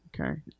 Okay